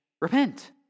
Repent